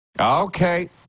Okay